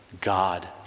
God